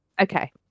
Okay